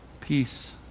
peace